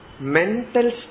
mental